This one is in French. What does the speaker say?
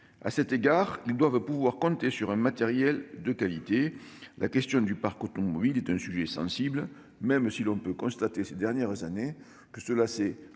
Aussi, ils doivent pouvoir compter sur un matériel de qualité. La question du parc automobile est un sujet sensible, même si l'on peut constater, ces dernières années, que la situation